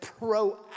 proactive